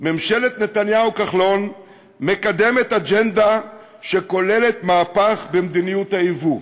ממשלת נתניהו כחלון מקדמת אג'נדה שכוללת מהפך במדיניות הייבוא,